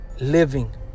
living